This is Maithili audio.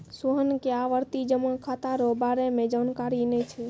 सोहन के आवर्ती जमा खाता रो बारे मे जानकारी नै छै